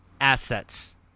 assets